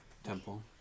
temple